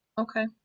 Okay